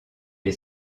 est